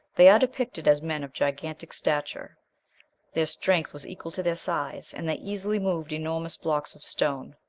they are depicted as men of gigantic stature their strength was equal to their size, and they easily moved enormous blocks of stone.